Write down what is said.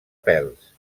pèls